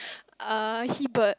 uh he bird